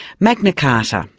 magna carta,